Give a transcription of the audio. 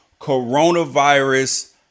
coronavirus